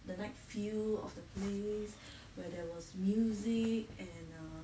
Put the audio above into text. the night feel of the place where there was music and err